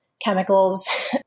chemicals